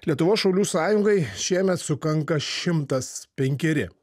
lietuvos šaulių sąjungai šiemet sukanka šimtas penkeri